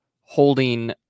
holding